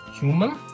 Human